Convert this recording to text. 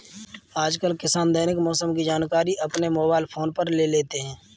आजकल किसान दैनिक मौसम की जानकारी अपने मोबाइल फोन पर ले लेते हैं